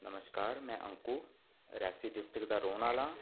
नमस्कार में अंकु रियासी डिस्ट्रिक दा रौह्ने आह्ला